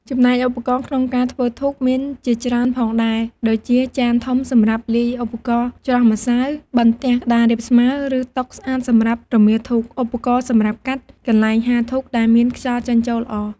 ចំណែកឧបករណ៍ក្នុងការធ្វើធូបមានជាច្រើនផងដែរដូចជាចានធំសម្រាប់លាយឧបករណ៍ច្រោះម្សៅ បន្ទះក្តាររាបស្មើ ឬតុស្អាតសម្រាប់រមៀលធូប ឧបករណ៍សម្រាប់កាត់ កន្លែងហាលធូបដែលមានខ្យល់ចេញចូលល្អ។